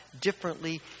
differently